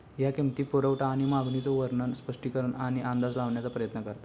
ह्या किंमती, पुरवठा आणि मागणीचो वर्णन, स्पष्टीकरण आणि अंदाज लावण्याचा प्रयत्न करता